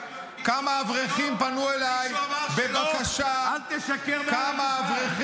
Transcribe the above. כמה אברכים פנו אליי בבקשה -- כמה שטויות.